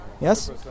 Yes